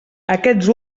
aquests